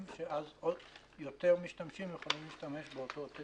שאז יותר משתמשים יכולים להשתמש באותם תדרים.